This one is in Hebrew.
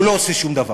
והוא לא עושה שום דבר.